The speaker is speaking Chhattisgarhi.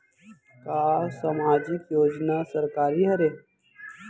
का सामाजिक योजना सरकारी हरे?